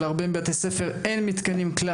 להרבה בתי ספר אין כלל מתקנים,